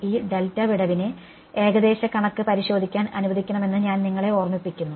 ഈ ഡെൽറ്റ വിടവിന്റെ ഏകദേശ കണക്ക് പരിശോധിക്കാൻ അനുവദിക്കണമെന്ന് ഞങ്ങൾ നിങ്ങളെ ഓർമ്മിപ്പിക്കുന്നു